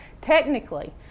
technically